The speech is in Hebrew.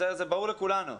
זה ברור לכולנו.